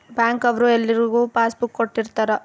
bank ಅವ್ರು ಎಲ್ರಿಗೂ passbook ಕೊಟ್ಟಿರ್ತರ